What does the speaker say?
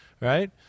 Right